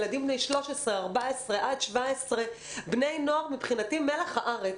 ילדים בני 14,13 עד 17. בני נוער שמבחינתי הם מלח הארץ.